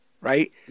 right